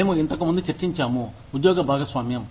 మేము ఇంతకు ముందు చర్చించాము ఉద్యోగ భాగస్వామ్యం